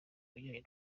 bijyanye